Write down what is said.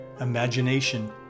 imagination